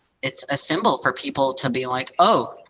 it's a symbol for people to be like, oh,